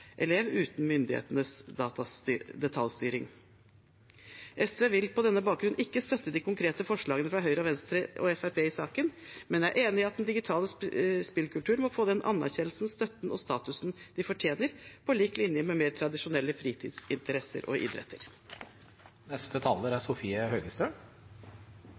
elev, uten myndighetenes detaljstyring. SV vil på denne bakgrunn ikke støtte de konkrete forslagene fra Høyre, Venstre og Fremskrittspartiet i saken, men vi er enig i at den digitale spillkulturen må få den anerkjennelsen, støtten og statusen den fortjener, på lik linje med mer tradisjonelle fritidsinteresser og idretter. Dataspill er